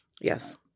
Yes